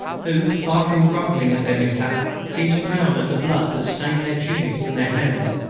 who, far from grumbling at their mishap, seemed proud of the blood that stained their tunics and their hands.